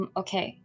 okay